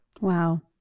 Wow